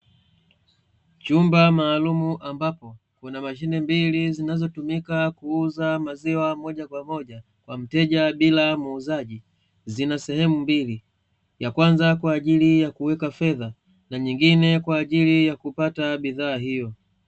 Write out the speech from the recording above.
Chumba maalumu ambapo kuna mashine zinazotumika kuuza maziwa moja kwa moja kwa mteja bila muuzaji. Zina sehemu mbili, ya kwanza kwa ajili ya kuweka fedha na nyingine kwa ajili ya kupata bidhaa hiyo.